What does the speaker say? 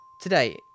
Today